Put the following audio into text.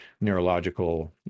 neurological